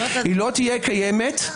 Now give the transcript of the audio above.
לא תהיה קיימת.